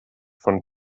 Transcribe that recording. von